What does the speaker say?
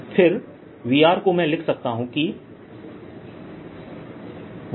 फिर V को मैं लिख सकता हूं कि 14π0q